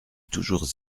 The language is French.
toujours